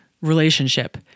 relationship